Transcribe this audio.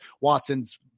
Watson's